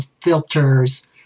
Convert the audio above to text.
filters